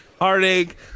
heartache